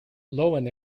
loewen